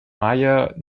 meier